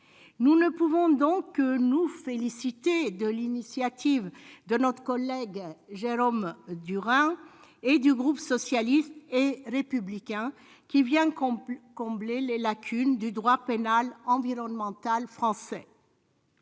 Nous ne pouvons donc que nous féliciter de l'initiative de notre collègue Jérôme Durain et du groupe socialiste et républicain, qui vient combler les lacunes du droit pénal environnemental français.